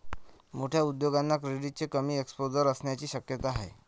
मोठ्या उद्योगांना क्रेडिटचे कमी एक्सपोजर असण्याची शक्यता आहे